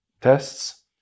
tests